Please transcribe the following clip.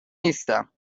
نیستم